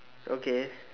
okay